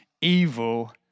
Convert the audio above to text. evil